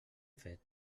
fet